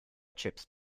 chips